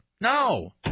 No